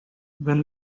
when